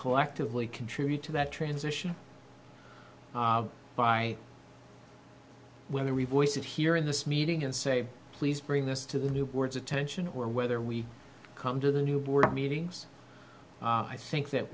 collectively contribute to that transition by when they replace it here in this meeting and say please bring this to the new boards attention or whether we come to the new board meetings i think that